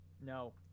No